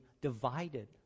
divided